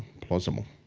plausible.